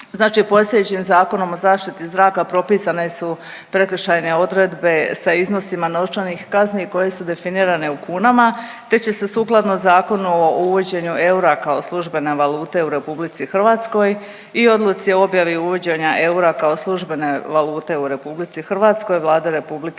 Znači postojećim Zakonom o zaštiti zraka propisane su prekršajne odredbe sa iznosima novčanih kazni koje su definirane u kunama te će se sukladno Zakonu o uvođenju eura kao službene valute u RH i odluci o objavi uvođenja eura kao službene valute u RH, Vlada RH definirati